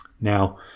Now